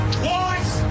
twice